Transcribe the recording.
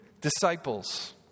disciples